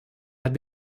had